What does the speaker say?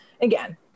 Again